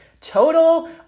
total